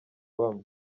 bamwe